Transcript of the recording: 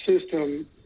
system